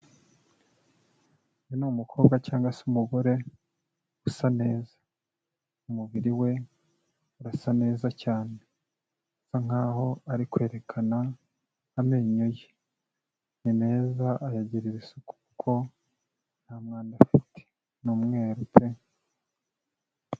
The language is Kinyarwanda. Uyu ni umukobwa cyangwa se umugore, usa neza. Umubiri we urasa neza cyane. Asa nkaho ari kwerekana amenyo ye. Ni meza, ayagirira isuku kuko ntamwanda afite. Ni umweru pe!